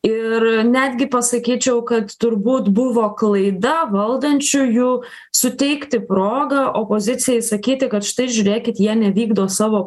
ir netgi pasakyčiau kad turbūt buvo klaida valdančiųjų suteikti progą opozicijai sakyti kad štai žiūrėkit jie nevykdo savo